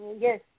yes